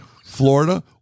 Florida